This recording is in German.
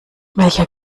welcher